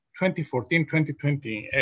2014-2020